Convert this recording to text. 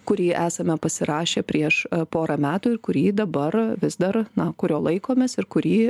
kurį esame pasirašę prieš porą metų ir kurį dabar vis dar na kurio laikomės ir kurį